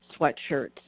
sweatshirts